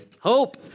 Hope